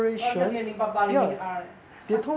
二零 yao 七八八零零 r leh